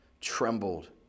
trembled